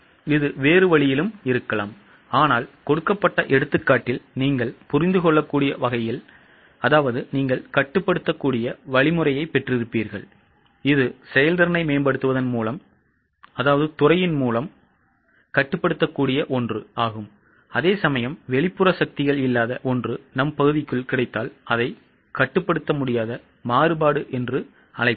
இது வேறு வழியிலும் இருக்கலாம் ஆனால் கொடுக்கப்பட்ட எடுத்துக்காட்டில் நீங்கள் புரிந்துகொள்ளக்கூடிய வகையில் நீங்கள் கட்டுப்படுத்தக்கூடிய வழிமுறையைப் பெற்றிருப்பீர்கள் இது செயல்திறனை மேம்படுத்துவதன் மூலம் துறையின் மூலம் கட்டுப்படுத்தக்கூடிய ஒன்று அதேசமயம் வெளிப்புற சக்திகள் இல்லாத ஒன்று நம் பகுதிக்குள் கிடைத்தால் அதைக் கட்டுப்படுத்த முடியாத மாறுபாடு என்று அழைப்போம்